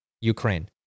Ukraine